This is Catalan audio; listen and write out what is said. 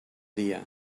dia